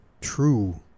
true